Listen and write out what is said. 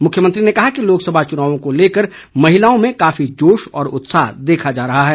मुख्यमंत्री ने कहा कि लोकसभा चुनाव को लेकर महिलाओं में काफी जोश व उत्साह देखा जा रहा है